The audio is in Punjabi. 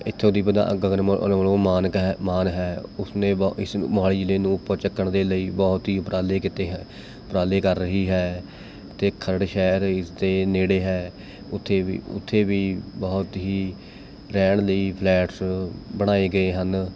ਇੱਥੋਂ ਦੀ ਵਿਦਾਨ ਗਗਨ ਮ ਅਨਮੋਲ ਮਾਨਕ ਹੈ ਮਾਨ ਹੈ ਉਸਨੇ ਬਹੁ ਇਸ ਨੂੰ ਮੋਹਾਲੀ ਜ਼ਿਲ੍ਹੇ ਨੂੰ ਉੱਪਰ ਚੁੱਕਣ ਦੇ ਲਈ ਬਹੁਤ ਹੀ ਉਪਰਾਲੇ ਕੀਤੇ ਹੈ ਉਪਰਾਲੇ ਕਰ ਰਹੀ ਹੈ ਅਤੇ ਖਰੜ ਸ਼ਹਿਰ ਇਸਦੇ ਨੇੜੇ ਹੈ ਉੱਥੇ ਵੀ ਉੱਥੇ ਵੀ ਬਹੁਤ ਹੀ ਰਹਿਣ ਲਈ ਫਲੈਟਸ ਬਣਾਏ ਗਏ ਹਨ